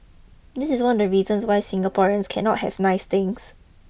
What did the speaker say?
this is one of the reasons why Singaporeans cannot have nice things